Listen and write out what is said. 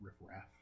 riffraff